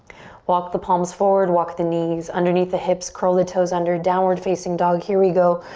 walk the palms forward, walk the knees underneath the hips, curl the toes under, downward facing dog. here we go.